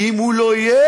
כי אם הוא לא יהיה,